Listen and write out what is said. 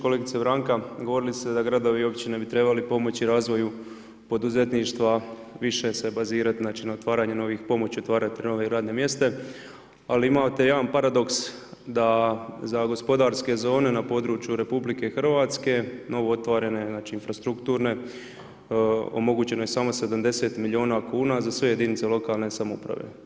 Kolegice Branka, govorili ste da gradovi i općine bi trebali pomoći razvoju poduzetništva, više se bazirati na otvaranju novih ... radna mjesta, ali imate jedan paradoks da za gospodarske zone na području RH novo otvorene, znači infrastrukturne, omogućeno je samo 70 miliona kuna za sve jedinice lokalne samouprave.